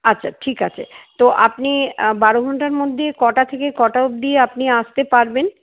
আচ্ছা ঠিক আছে তো আপনি বারো ঘন্টার মধ্যে কটা থেকে কটা অবধি আপনি আসতে পারবেন